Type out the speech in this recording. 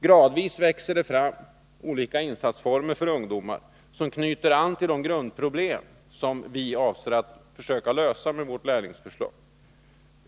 Gradvis växer det fram olika insatsformer för ungdomar som knyter an till de grundproblem som vi avser att försöka lösa med vårt lärlingsförslag.